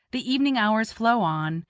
the evening hours flow on,